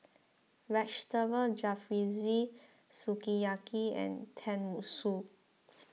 Vegetable Jalfrezi Sukiyaki and Tenmusu